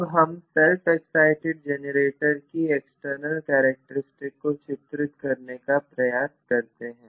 अब हम self excited generator की एक्सटर्नल कैरेक्टरस्टिक को चित्रित करने का प्रयास करते हैं